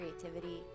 creativity